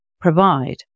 provide